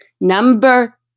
Number